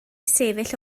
sefyll